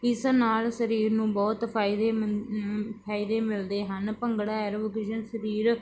ਇਸ ਨਾਲ ਸਰੀਰ ਨੂੰ ਬਹੁਤ ਫਾਇਦੇ ਮ ਫਾਇਦੇ ਮਿਲਦੇ ਹਨ ਭੰਗੜਾ ਐਰੋਬਿਕਸ ਸਰੀਰ